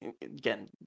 again